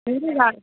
మీ